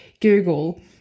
Google